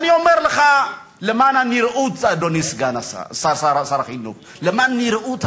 אני אומר לך, אדוני שר החינוך: למען הנראות אפילו.